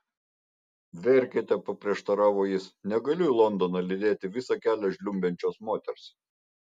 verkiate paprieštaravo jis negaliu į londoną lydėti visą kelią žliumbiančios moters